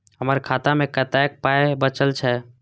हमर खाता मे कतैक पाय बचल छै